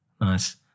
Nice